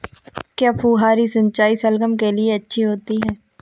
क्या फुहारी सिंचाई शलगम के लिए अच्छी होती है?